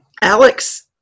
Alex